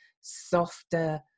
softer